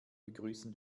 begrüßen